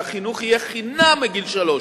שהחינוך יהיה חינם מגיל שלוש,